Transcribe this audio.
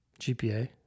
GPA